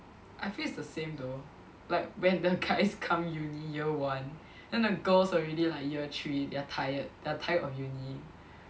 I feel it's the same though like when the guys come uni year one then the girls already like year three they are tired they are tired of uni